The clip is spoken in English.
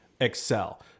excel